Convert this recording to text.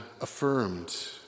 affirmed